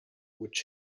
which